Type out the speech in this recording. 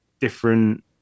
different